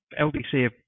LBC